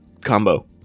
combo